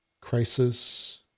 Crisis